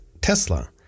Tesla